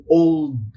old